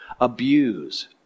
abuse